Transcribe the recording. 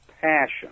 passion